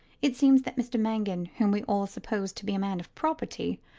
it seems that mr mangan, whom we all supposed to be a man of property,